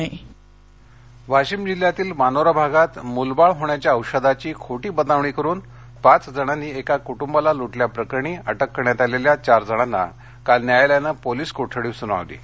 दुरोडा वाशिम वाशिम जिल्ह्यातील मानोरा भागात मूल बाळ होण्याच्या औषधाची खोटी बतावणी करुन पाच जणांनी एका कुटुंबाला लुटल्या प्रकरणी अटक करण्यात आलेल्या चार जणांना काल न्यायलयानं पोलीस कोठडी सुनावण्यात आली आहे